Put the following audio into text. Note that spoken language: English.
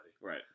right